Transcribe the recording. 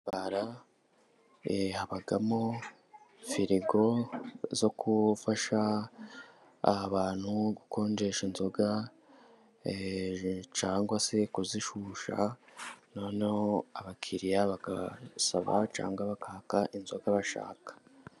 Mu ibara habamo firigo zo gufasha abantu gukonjesha inzoga cyangwa se kuzishusha noneho abakiriya bagasaba cyangwa bakabaha inzoga bashaka.